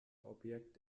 objekt